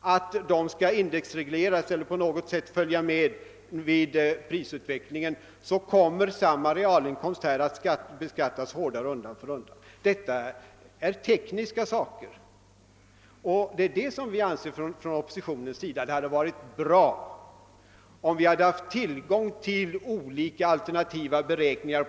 att de skall indexregleras eller på något annat sätt följa med i prisutvecklingen, kommer samma realinkomst att beskattas hårdare undan för undan. Detta är tekniska saker, och vi på oppositionssidan anser att det hade varit bra om vi på ett tidigt stadium hade haft tillgång till olika alternativa beräkningar.